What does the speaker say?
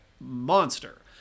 monster